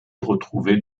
retrouvées